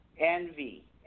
envy